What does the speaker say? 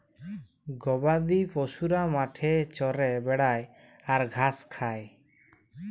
গবাদি পশুরা মাঠে চরে বেড়ায় আর ঘাঁস খায়